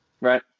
Right